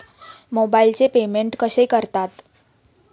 मोबाइलचे पेमेंट कसे करतात?